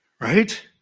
Right